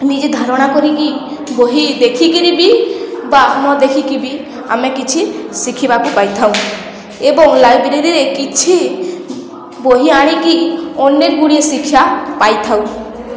ନିଜେ ଧାରଣା କରିକି ବହି ଦେଖିକିରି ବି ବା ନଦେଖିକି ବି ଆମେ କିଛି ଶିଖିବାକୁ ପାଇଥାଉ ଏବଂ ଲାଇବ୍ରେରୀରେ କିଛି ବହି ଆଣିକି ଅନେକଗୁଡ଼ିଏ ଶିକ୍ଷା ପାଇଥାଉ